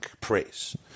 Praise